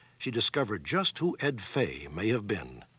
she discovered just who ed fay may have been.